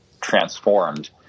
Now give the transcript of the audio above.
transformed